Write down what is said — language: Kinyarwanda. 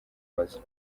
mazu